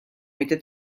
mitte